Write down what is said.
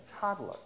toddler